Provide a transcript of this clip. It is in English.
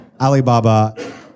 Alibaba